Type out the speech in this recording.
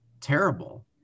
terrible